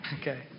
Okay